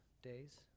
Days